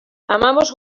hamabost